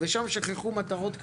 ושם שכחו מטרות כלליות?